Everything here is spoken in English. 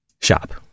Shop